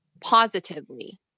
positively